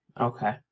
Okay